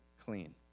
clean